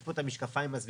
יש פה את המשקפיים הסביבתיות